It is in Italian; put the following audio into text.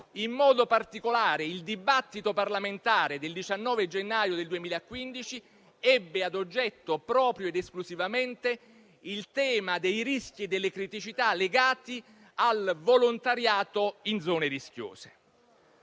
In modo particolare il dibattito parlamentare del 19 gennaio del 2015 ebbe a oggetto proprio ed esclusivamente il tema dei rischi e delle criticità legati al volontariato in zone rischiose.